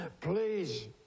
Please